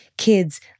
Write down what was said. Kids